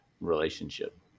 relationship